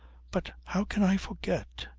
but how can i forget?